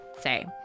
say